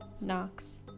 knocks